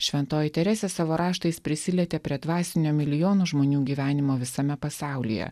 šventoji teresė savo raštais prisilietė prie dvasinio milijonų žmonių gyvenimo visame pasaulyje